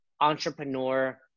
entrepreneur